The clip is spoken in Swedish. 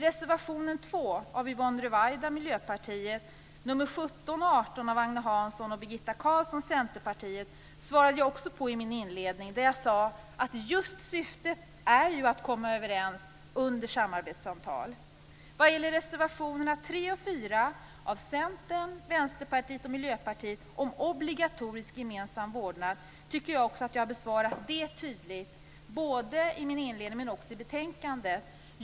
Reservation 2 av Yvonne Ruwaida från Miljöpartiet och reservationerna 17 och 18 av Agne Hansson och Birgitta Carlsson från Centerpartiet bemötte jag också i min inledning. Jag sade att syftet är att man skall komma överens under samarbetsavtal. Jag tycker också att jag har bemött reservationerna 3 och 4 av Centern, Vänsterpartiet och Miljöpartiet om obligatorisk gemensam vårdnad tydligt både i min inledning och i betänkandet.